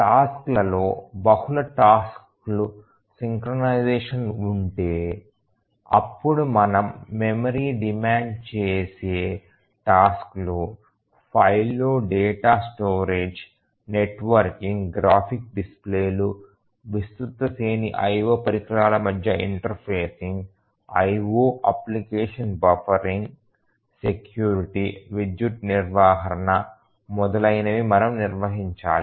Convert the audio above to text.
టాస్క్లలో బహుళ టాస్క్లు సింక్రొనైజేషన్ ఉంటే అప్పుడు మనం మెమరీ డిమాండ్ చేసే టాస్క్లు ఫైల్లో డేటా స్టోరేజ్ నెట్వర్కింగ్గ్రాఫిక్స్ డిస్ప్లేలు విస్తృత శ్రేణి IO పరికరాల మధ్య ఇంటర్ఫేసింగ్ IO అప్లికేషన్ల బఫరింగ్ సెక్యూరిటీ విద్యుత్ నిర్వహణ మొదలైనవి మనం నిర్వహించాలి